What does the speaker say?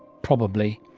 probably.